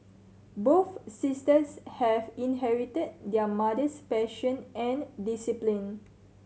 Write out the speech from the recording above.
both sisters have inherited their mother's passion and discipline